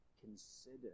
consider